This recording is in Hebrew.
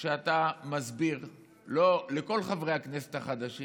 שאתה מסביר לכל חברי הכנסת החדשים